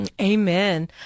Amen